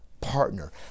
partner